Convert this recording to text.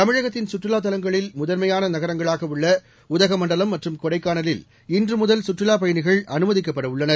தமிழகத்தின் சுற்றுவாத் தவங்களில் முதன்மையான நகரங்களாக உள்ள உதகமண்டலம் மற்றும் கொடைக்கானலில் இன்று முதல் சுற்றுலா பயணிகள் அனுமதிக்கப்படவுள்ளனர்